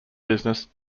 business